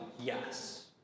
Yes